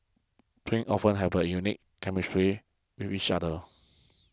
twins often have a unique chemistry with each other